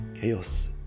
Chaos